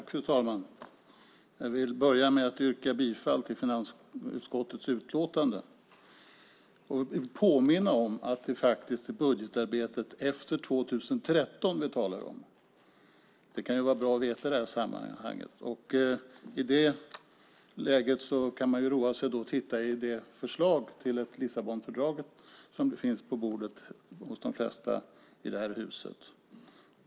Fru talman! Jag vill börja med att yrka bifall till förslaget i finansutskottets utlåtande och påminna om att det faktiskt är budgetarbetet efter 2013 som vi talar om. Det kan vara bra att veta i det här sammanhanget. I det läget kan man roa sig med att titta i det förslag till ett Lissabonfördrag som finns på bordet hos de flesta i det här huset.